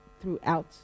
Throughout